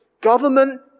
government